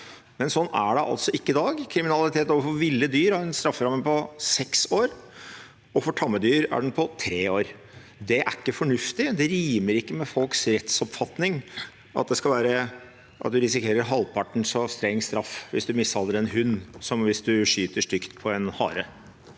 Slik er det altså ikke i dag. Kriminalitet overfor ville dyr har en strafferamme på seks år, og for tamme dyr er den på tre år. Det er ikke fornuftig. Det rimer ikke med folks rettsoppfatning at man risikerer halvparten så streng straff hvis man mishandler en hund som hvis man skyter stygt på en hare.